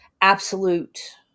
absolute